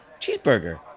cheeseburger